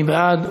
מי בעד?